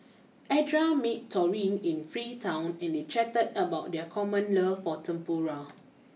Edra met Taurean in Freetown and they chatted about their common love for Tempura